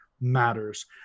matters